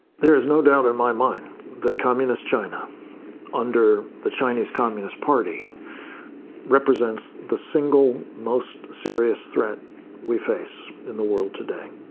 there's no doubt and my mind that communist china under the chinese communist party represents the single most serious threat we face in the world today.